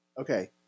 Okay